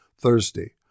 Thursday